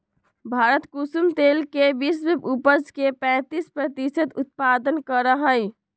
भारत कुसुम तेल के विश्व उपज के पैंतीस प्रतिशत उत्पादन करा हई